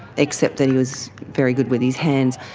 except that he was very good with his hands.